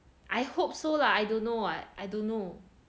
I hope so lah I don't know what I don't know